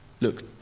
look